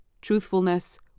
truthfulness